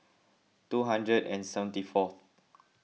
two hundred and seventy fourth